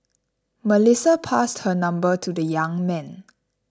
Melissa passed her number to the young man